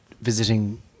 visiting